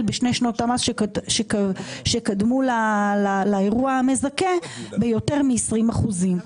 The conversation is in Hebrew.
בשני שנות המס שקדמו לאירוע המזכה ביותר מ-20 אחוזים.